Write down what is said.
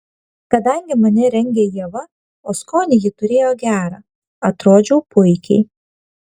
kadangi mane rengė ieva o skonį ji turėjo gerą atrodžiau puikiai